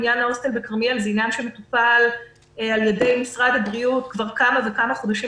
עניין ההוסטל בכרמיאל מטופל על ידי משרד הבריאות כבר כמה וכמה חודשים,